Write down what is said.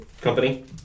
Company